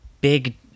big